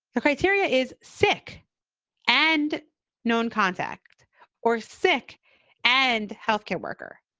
the criteria is sick and known contact or sick and health care worker.